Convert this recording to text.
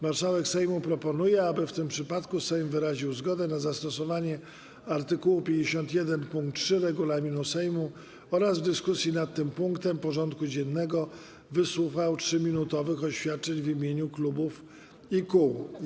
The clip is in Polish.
Marszałek Sejmu proponuje, aby w tym przypadku Sejm wyraził zgodę na zastosowanie art. 51 pkt 3 regulaminu Sejmu oraz w dyskusji nad tym punktem porządku dziennego wysłuchał 3-minutowych oświadczeń w imieniu klubów i kół.